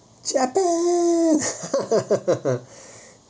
japan